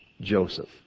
Joseph